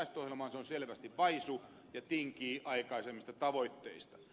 se on selvästi vaisu ja tinkii aikaisemmista tavoitteista